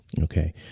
Okay